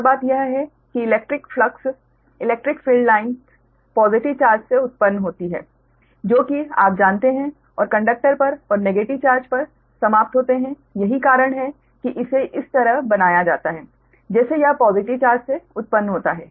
एक और बात यह है कि electric flux electric field lines positive charge से उत्पन्न होती हैं जो कि आप जानते हैं और कंडक्टर पर और नेगेटिव चार्ज पर समाप्त होते हैं यही कारण है कि इसे इस तरह बनाया जाता है जैसे यह पॉज़िटिव चार्ज से उत्पन्न होता है